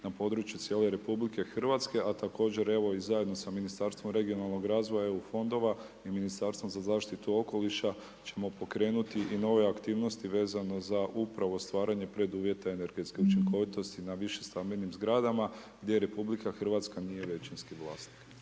na području cijele RH, a također evo i zajedno sa Ministarstvom regionalnog razvoja EU fondova i Ministarstvo za zaštitu okoliša ćemo pokrenuti i nove aktivnosti vezano za upravo stvaranje preduvjeta energetske učinkovitosti na višim stambenim zgradama gdje RH nije većinski vlasnik.